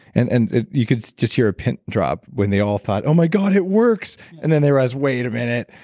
and and you could just hear a pin drop when they all thought, oh my god, it works. and then they realize, wait a minute,